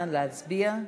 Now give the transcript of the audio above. נא להצביע.